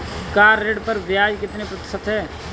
Car ऋण पर ब्याज कितने प्रतिशत है?